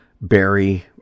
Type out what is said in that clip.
Barry